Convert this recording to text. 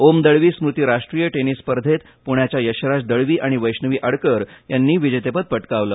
ओम दळवी स्मृति राष्ट्रीय टेनिस स्पर्धेत पुण्याच्या यशराज दळवी आणि वैष्णवी आडकर यांनी विजेतेपद पटाकवलं